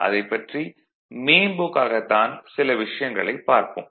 அதைப் பற்றி மேம்போக்காக சில விஷயங்கள் பார்ப்போம்